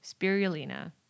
spirulina